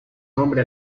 nombre